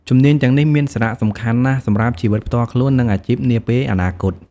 ជំនាញទាំងនេះមានសារៈសំខាន់ណាស់សម្រាប់ជីវិតផ្ទាល់ខ្លួន និងអាជីពនាពេលអនាគត។